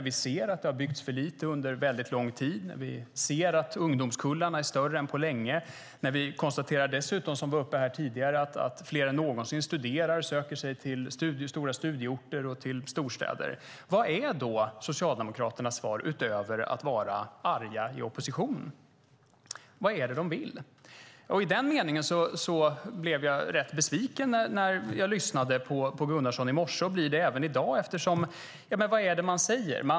Vi ser att det har byggts för lite under en väldigt lång tid, vi ser att ungdomskullarna är större än på länge och dessutom konstaterar vi - det var uppe här tidigare - att fler än någonsin studerar och söker sig till stora studieorter och storstäder. Vad är Socialdemokraternas svar, utöver att vara arga i opposition? Vad är det de vill? I den meningen blev jag rätt besviken när jag lyssnade på Gunnarsson i morse och blir det även nu. Vad är det man säger?